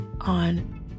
on